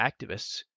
activists